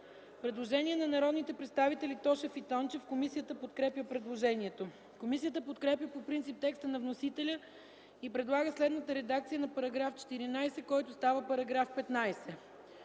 Предложение на народните представители Тошев и Тончев. Комисията подкрепя предложението. Комисията подкрепя по принцип текста на вносителя и предлага следната редакция на § 14, който става § 15: „§ 15.